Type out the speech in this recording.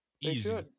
Easy